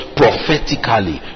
prophetically